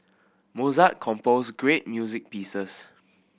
Mozart composed great music pieces